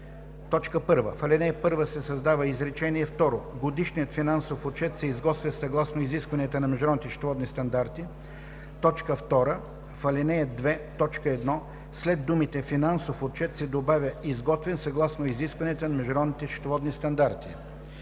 1.В ал. 1 се създава изречение второ: „Годишният финансов отчет се изготвя съгласно изискванията на Международните счетоводни стандарти.“ 2.В ал. 2, т. 1 след думите „финансов отчет“ се добавя „изготвен съгласно изискванията на Международните счетоводни стандарти“.“